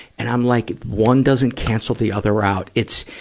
and i'm, like, one doesn't cancel the other out. it's,